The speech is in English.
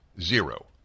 zero